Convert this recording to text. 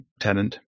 tenant